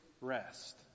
rest